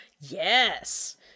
yes